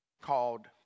called